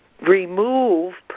remove